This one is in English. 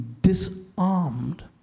disarmed